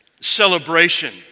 celebration